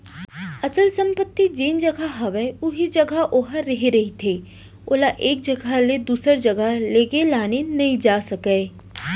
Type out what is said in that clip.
अचल संपत्ति जेन जघा हवय उही जघा ओहा रेहे रहिथे ओला एक जघा ले दूसर जघा लेगे लाने नइ जा सकय